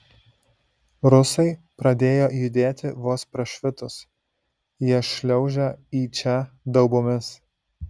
rusai pradėjo judėti vos prašvitus jie šliaužia į čia daubomis